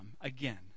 again